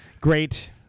Great